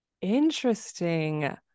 Interesting